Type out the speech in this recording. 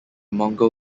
mongol